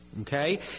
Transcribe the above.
Okay